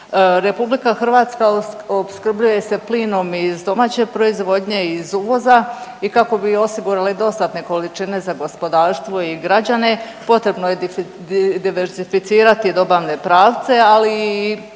dioksida. RH opskrbljuje se plinom iz domaće proizvodnje i iz uvoza i kako bi osigurali dostatne količine za gospodarstvo i građane potrebno je diversificirati dobavne pravce, ali i